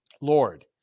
Lord